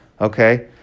Okay